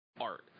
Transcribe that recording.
art